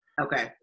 Okay